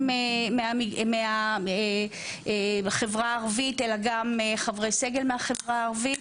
סטודנטים מהחברה הערבית אלא גם חברי סגל מהחברה הערבית,